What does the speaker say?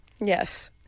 Yes